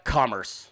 Commerce